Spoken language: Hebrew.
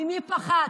ממי פחדת?